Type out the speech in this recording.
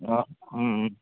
অঁ